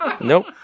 Nope